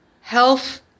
health